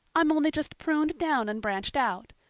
i'm only just pruned down and branched out.